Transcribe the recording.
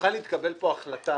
תוכל להתקבל פה החלטה